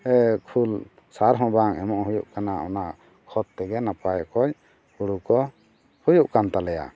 ᱠᱷᱳᱞ ᱥᱟᱨᱦᱚᱸ ᱵᱟᱝ ᱮᱢᱚᱜ ᱦᱩᱭᱩᱜ ᱠᱟᱱᱟ ᱚᱱᱟ ᱠᱷᱚᱛ ᱛᱮᱜᱮ ᱱᱟᱯᱟᱭ ᱚᱠᱚᱡ ᱦᱩᱲᱩ ᱠᱚ ᱦᱩᱭᱩᱜ ᱠᱟᱱ ᱛᱟᱞᱮᱭᱟ